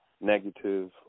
negative